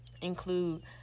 include